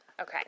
Okay